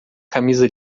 camisa